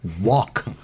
Walk